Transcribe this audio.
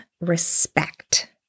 respect